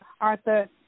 Arthur